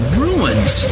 ruins